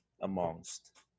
amongst